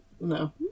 No